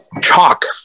chalk